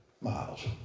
miles